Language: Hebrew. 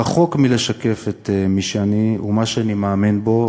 רחוק מלשקף את מי שאני ומה שאני מאמין בו,